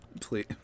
Please